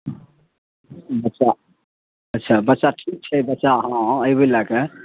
बच्चा अच्छा बच्चा ठीक छै बच्चा हँ ऐबे लै कऽ